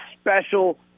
special